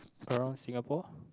around Singapore